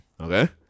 Okay